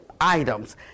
items